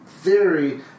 Theory